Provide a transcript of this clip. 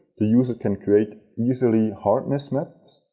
the user can create easily hardness maps,